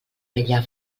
vella